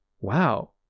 wow